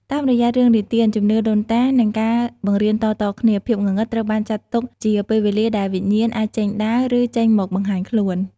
តាមរយៈរឿងនិទាន ជំនឿដូនតា និងការបង្រៀនតៗគ្នា ភាពងងឹតត្រូវបានគេចាត់ទុកជាពេលវេលាដែលវិញ្ញាណអាចចេញដើរ ឬចេញមកបង្ហាញខ្លួន ។